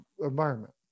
environment